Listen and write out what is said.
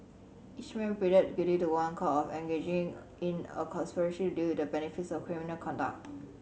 each man pleaded guilty to one count of engaging in a conspiracy to deal with the benefits of criminal conduct